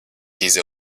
diese